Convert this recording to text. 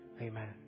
amen